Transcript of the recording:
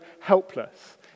helpless